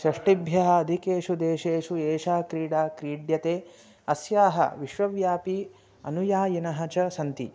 षष्टिभ्यः अधिकेषु देशेषु एषा क्रीडा क्रीड्यते अस्याः विश्वव्यापी अनुयायिनः च सन्ति